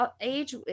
age